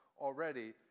already